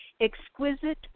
exquisite